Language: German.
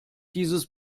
dieses